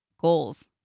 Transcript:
goals